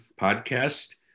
podcast